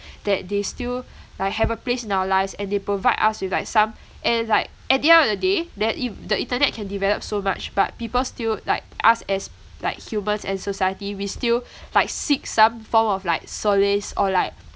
that they still like have a place in our lives and they provide us with like some and it's like at the end of the day the in~ the internet can develop so much but people still like us as like humans and society we still like seek some form of like solace or like